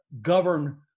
govern